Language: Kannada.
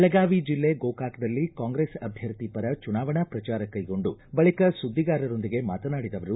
ಬೆಳಗಾವಿ ಜಿಲ್ಲೆ ಗೋಕಾಕದಲ್ಲಿ ಕಾಂಗ್ರೆಸ್ ಅಭ್ಯರ್ಥಿ ಪರ ಚುನಾವಣಾ ಪ್ರಚಾರ ಕೈಗೊಂಡು ಬಳಿಕ ಸುದ್ದಿಗಾರರೊಂದಿಗೆ ಮಾತನಾಡಿದ ಅವರು